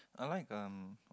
I like um